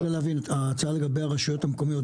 לגבי הרשויות המקומיות,